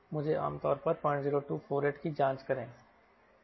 मुझे आमतौर पर 00248 की जाँच करें